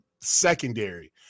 secondary